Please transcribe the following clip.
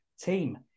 team